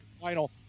final